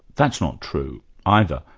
that's not true either.